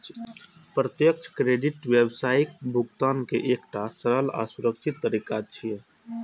प्रत्यक्ष क्रेडिट व्यावसायिक भुगतान के एकटा सरल आ सुरक्षित तरीका छियै